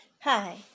Hi